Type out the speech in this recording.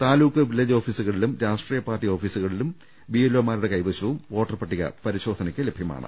taluk village ഓഫീസുകളിലും രാഷ്ട്രീയ party ഓഫീസുകളിലും ബി എൽ ഒ മാരുടെ കൈവശവും വോട്ടർ പട്ടിക പരിശോധനയ്ക്ക് ലഭ്യമാണ്